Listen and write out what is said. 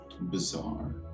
bizarre